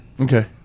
okay